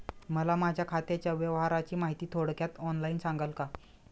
मला माझ्या खात्याच्या व्यवहाराची माहिती थोडक्यात ऑनलाईन सांगाल का?